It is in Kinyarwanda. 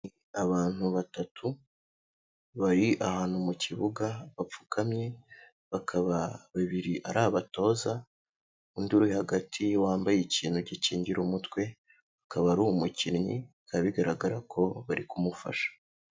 Abantu batatu bari ahantu mu kibuga bapfukamye, bakaba babiri ari abatoza, undi uri hagati wambaye ikintu gikingira umutwe akaba ari umukinnyi, bikaba bigaragara ko bari kumufasha.